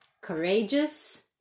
courageous